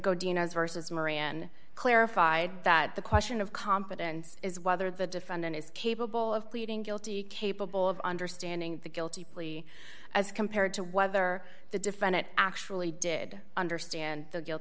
dinos versus moran clarified that the question of competence is whether the defendant is capable of pleading guilty capable of understanding the guilty plea as compared to whether the defendant actually did understand the guilt